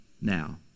now